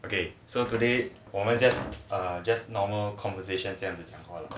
okay so today 我们 just just err normal conversation 这样子讲话了